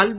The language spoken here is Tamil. கல்வி